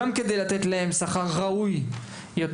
גם כדי לתת להן שכר ראוי יותר,